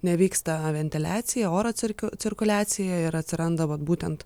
nevyksta ventiliacija oro cirk cirkuliacija ir atsiranda vat būtent